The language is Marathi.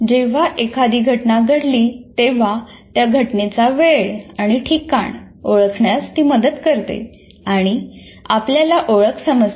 जेव्हा एखादी घटना घडली तेव्हा त्या घटनेचा वेळ आणि ठिकाण ओळखण्यास ती मदत करते आणि आपल्याला ओळख समजते